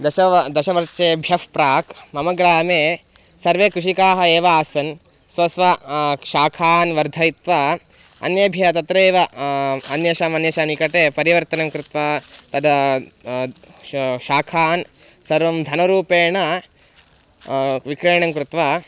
दशव दशवर्षेभ्यः प्राक् मम ग्रामे सर्वे कृषिकाः एव आसन् स्व स्व शाकान् वर्धयित्वा अन्येभ्यः तत्रैव अन्येषाम् अन्येषां निकटे परिवर्तनं कृत्वा तदा शाकान् सर्वं धनरूपेण विक्रयणं कृत्वा